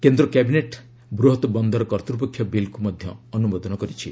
କେନ୍ଦ୍ର କ୍ୟାବିନେଟ୍ ବୃହତ୍ ବନ୍ଦର କର୍ତ୍ତ୍ୱପକ୍ଷ ବିଲ୍କୁ ଅନୁମୋଦନ କରିଛି